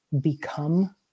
become